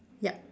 yup